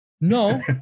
no